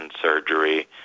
surgery